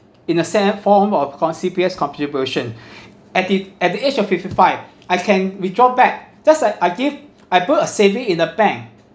in a sense form of con~ C_P_F contribution at the at the age of fifty five I can withdraw back just like I give I put a saving in a bank